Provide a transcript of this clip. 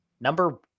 number